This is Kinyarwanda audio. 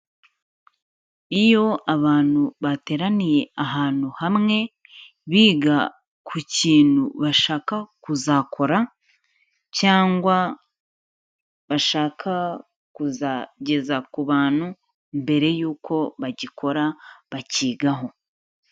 Iyo abantu bateraniye ahantu hamwe biga ku kintu bashaka kuzakora cyangwa bashaka kuzageza ku bantu, mbere yuko bagikora bakigaho.